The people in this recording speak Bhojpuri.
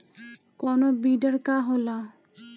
कोनो बिडर का होला?